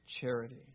charity